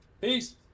Peace